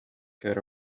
care